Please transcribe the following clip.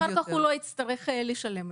כדי שהוא לא יצטרך לשלם.